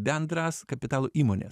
bendras kapitalo įmone